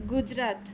Gujarat